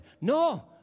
No